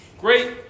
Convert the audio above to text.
great